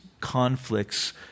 conflicts